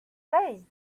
hey